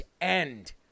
end